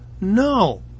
No